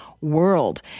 world